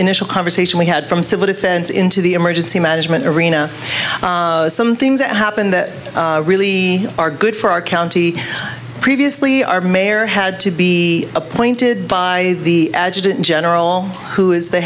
initial conversation we had from civil defense into the emergency management arena some things that happened that really are good for our county previously our mayor had to be appointed by the adjutant general who is the